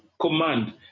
command